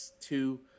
two